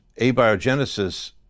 abiogenesis